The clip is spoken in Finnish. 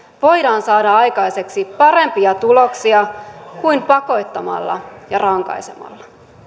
voidaan saada aikaiseksi parempia tuloksia kuin pakottamalla ja rankaisemalla